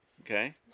Okay